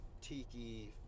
Tiki